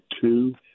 two